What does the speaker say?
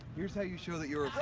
here's how you show that you're a